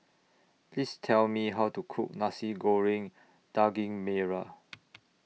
Please Tell Me How to Cook Nasi Goreng Daging Merah